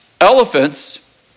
elephants